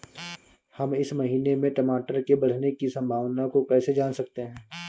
हम इस महीने में टमाटर के बढ़ने की संभावना को कैसे जान सकते हैं?